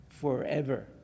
forever